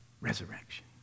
resurrection